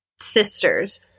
sisters